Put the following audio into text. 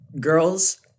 Girls